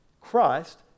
christ